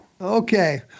Okay